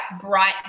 bright